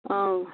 ꯑꯪ